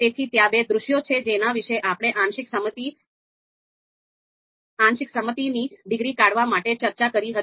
તેથી ત્યાં બે દૃશ્યો છે જેના વિશે આપણે આંશિક સંમતિની ડિગ્રી કાઢવા માટે ચર્ચા કરી હતી